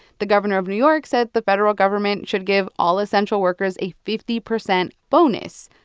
the governor of new york said the federal government should give all essential workers a fifty percent bonus.